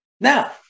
Now